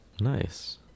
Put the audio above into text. nice